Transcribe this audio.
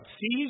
Seize